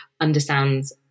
understands